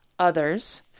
Others